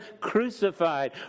crucified